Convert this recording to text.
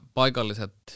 paikalliset